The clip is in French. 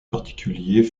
particulier